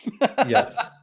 Yes